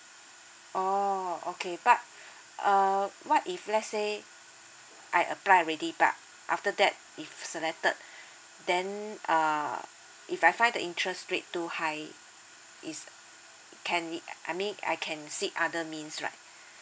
oh okay but uh what if let's say I apply already but after that if selected then uh if I find the interest rate too high it's can we uh I mean I can seek other means right